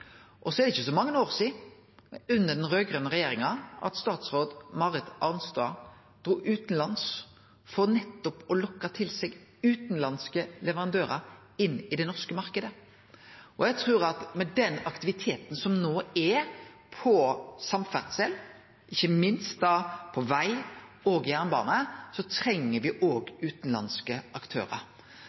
er ikkje så mange år sidan, under den raud-grøne regjeringa, at statsråd Marit Arnstad drog utanlands for nettopp å lokke til seg utanlandske leverandørar inn i den norske marknaden. Og eg trur at med den aktiviteten som no er innanfor samferdsel, ikkje minst på veg og jernbane, treng me òg utanlandske aktørar.